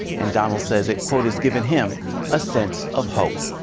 and donald says it, quote, has given him a sense of hope.